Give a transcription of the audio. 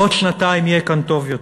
בעוד שנתיים יהיה כאן טוב יותר,